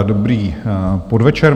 Dobrý podvečer.